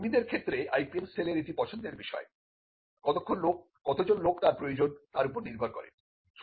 কর্মীদের ক্ষেত্রে IPM সেলের এটি পছন্দের বিষয় কতজন লোক তার প্রয়োজন তার উপর নির্ভর করে